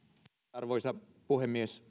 arvoisa puhemies